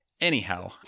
Anyhow